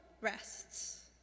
rests